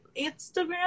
Instagram